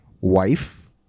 wife